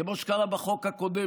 כמו שקרה בחוק הקודם,